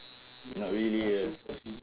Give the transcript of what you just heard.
not really ah